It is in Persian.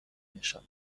نشان